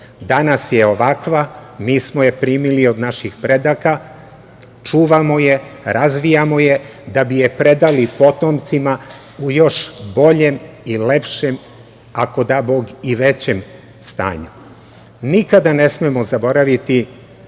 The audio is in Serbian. Danas je ovakva, mi smo je primili od naših predaka, čuvamo je, razvijamo je, da bi je predali potomcima u još boljem i lepšem, ako da Bog i većem stanju. Nikada ne smemo zaboraviti